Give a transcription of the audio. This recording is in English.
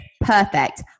perfect